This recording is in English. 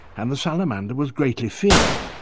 and the salamander was greatly feared.